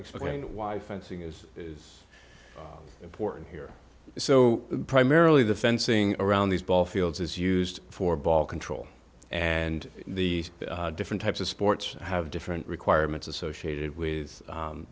explain why fencing is is important here so primarily the fencing around these ball fields is used for ball control and the different types of sports have different requirements associated with